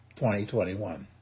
2021